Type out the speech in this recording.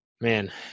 man